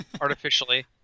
Artificially